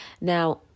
now